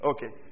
Okay